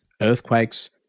earthquakes